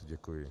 Děkuji.